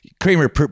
Kramer